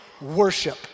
worship